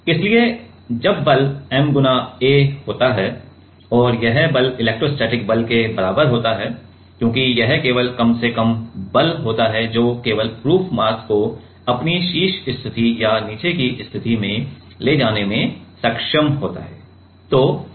इसलिए जब बल ma होता है और यह बल इलेक्ट्रोस्टैटिक बल के बराबर होता है क्योंकि यह केवल कम से कम बल होता है जो केवल प्रूफ मास को अपनी शीर्ष स्थिति या नीचे की स्थिति में ले जाने में सक्षम होता है